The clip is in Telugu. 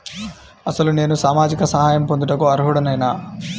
అసలు నేను సామాజిక సహాయం పొందుటకు అర్హుడనేన?